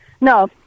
No